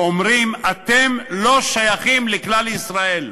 ואומרים: אתם לא שייכים לכלל ישראל,